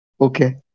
okay